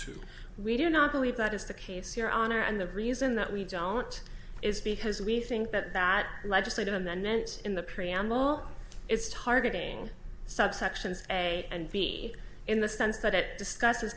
two we do not believe that is the case your honor and the reason that we don't is because we think that that legislative amendment in the preamble is targeting subsections a and b in the sense that it discusses